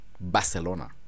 Barcelona